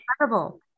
incredible